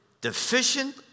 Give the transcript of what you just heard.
deficient